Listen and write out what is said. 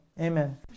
amen